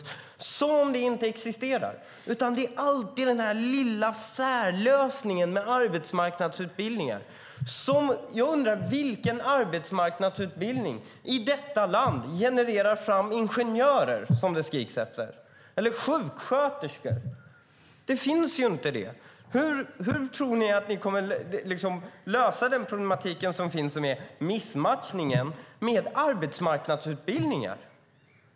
Det låter som om det inte existerar, utan det handlar alltid om den här lilla särlösningen med arbetsmarknadsutbildningar. Jag undrar vilken arbetsmarknadsutbildning i detta land som genererar ingenjörer, som det skriks efter, eller sjuksköterskor. Den finns inte. Hur tror ni att ska kunna lösa de problem som finns med missmatchningen genom arbetsmarknadsutbildningar?